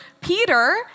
Peter